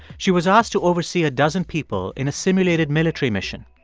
she was asked to oversee a dozen people in a simulated military mission.